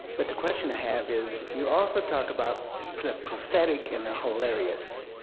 but the question i have is, you also talk about the prophetic and the hilarious.